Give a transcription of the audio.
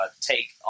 take